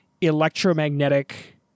electromagnetic